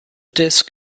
disk